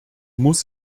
muss